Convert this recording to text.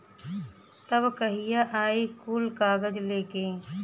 तब कहिया आई कुल कागज़ लेके?